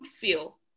feel